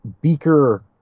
beaker